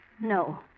No